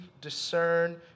discern